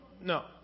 No